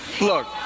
Look